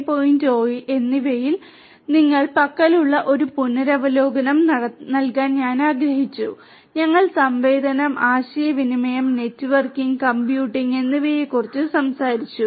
0 എന്നിവയിൽ ഞങ്ങളുടെ പക്കലുള്ള ഒരു പുനരവലോകനം നൽകാൻ ഞാൻ ആഗ്രഹിച്ചു ഞങ്ങൾ സംവേദനം ആശയവിനിമയം നെറ്റ്വർക്കിംഗ് കമ്പ്യൂട്ടിംഗ് എന്നിവയെക്കുറിച്ച് സംസാരിച്ചു